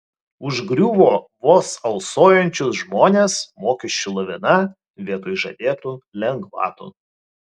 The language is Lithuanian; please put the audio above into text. užgriuvo vos alsuojančius žmones mokesčių lavina vietoj žadėtų lengvatų